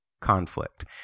conflict